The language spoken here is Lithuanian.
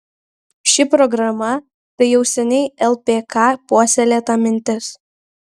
ši programa tai jau seniai lpk puoselėta mintis